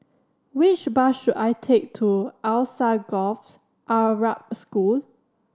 which bus should I take to Alsagoff Arab School